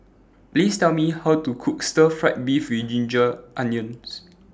Please Tell Me How to Cook Stir Fried Beef with Ginger Onions